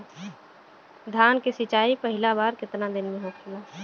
धान के सिचाई पहिला बार कितना दिन पे होखेला?